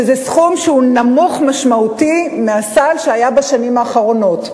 שזה סכום נמוך משמעותית מהסל שהיה בשנים האחרונות.